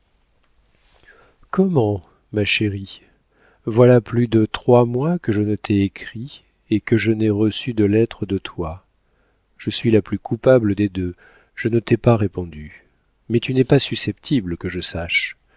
ma chère voilà plus de trois mois que je ne t'ai écrit et que je n'ai reçu de lettres de toi je suis la plus coupable des deux je ne t'ai pas répondu mais tu n'es pas susceptible que je sache